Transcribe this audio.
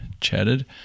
chatted